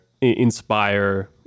inspire